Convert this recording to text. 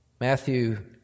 Matthew